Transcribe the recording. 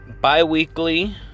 bi-weekly